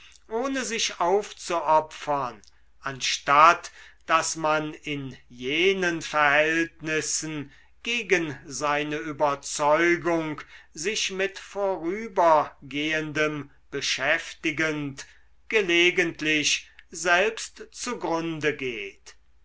ohne sich aufzuopfern anstatt daß man in jenen verhältnissen gegen seine überzeugung sich mit vorübergehendem beschäftigend gelegentlich selbst zugrunde geht